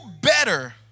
better